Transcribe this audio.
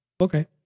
Okay